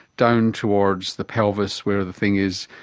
down towards the pelvis where the thing is,